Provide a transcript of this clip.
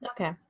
Okay